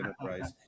enterprise